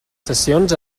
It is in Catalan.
sessions